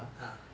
ah